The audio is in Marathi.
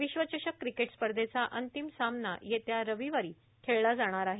विश्वचषक क्रिकेट स्पर्षेचा अंतिम सामना येत्या रविवारी खेळला जाणार आहे